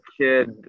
kid